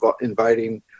inviting